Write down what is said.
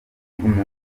umuntu